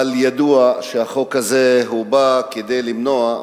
אבל ידוע שהחוק הזה בא כדי למנוע,